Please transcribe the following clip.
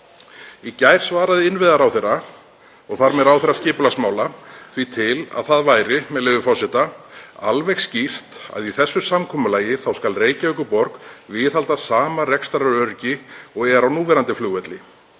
Í gær svaraði innviðaráðherra, og þar með ráðherra skipulagsmála, því til að það væri, með leyfi forseta, alveg skýrt að í þessu samkomulagi skuli Reykjavíkurborg viðhalda sama rekstraröryggi og er á núverandi flugvelli.